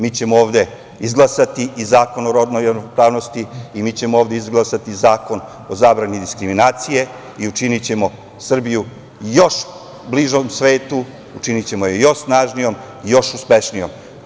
Mi ćemo ovde izglasati i zakon o rodnoj ravnopravnosti i mi ćemo ovde izglasati zakon o zabrani diskriminacije i učinićemo Srbiju još bližom svetu, učinićemo je još snažnijom i još uspešnijom.